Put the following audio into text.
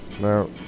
no